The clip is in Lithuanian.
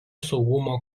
saugumo